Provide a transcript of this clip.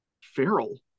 feral